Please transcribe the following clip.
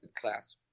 class